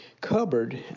cupboard